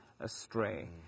astray